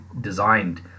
designed